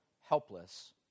helpless